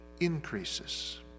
increases